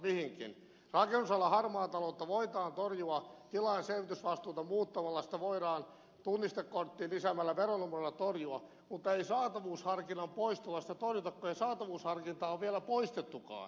rakennusalan harmaata taloutta voidaan torjua tilaajaselvitysvastuuta muuttamalla sitä voidaan torjua lisäämällä veronumero tunnistekorttiin mutta ei saatavuusharkinnan poistolla sitä torjuta kun ei saatavuusharkintaa ole vielä poistettukaan